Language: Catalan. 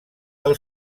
del